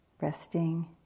resting